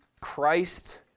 Christ